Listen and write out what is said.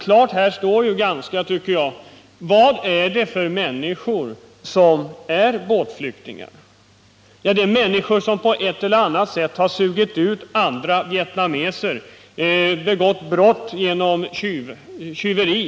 Det står då ganska klart vad det är för människor som är båtflyktingar. Det är människor som på ett eller annat sätt sugit ut andra vietnameser eller begått brott, t.ex. tjuveri.